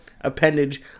appendage